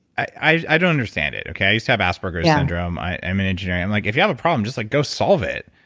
i i don't understand it. i used to have asperger's yeah syndrome, i am in engineering. i'm like if you have a problem, just like go solve it.